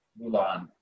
Mulan